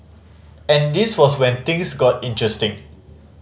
and this was when things got interesting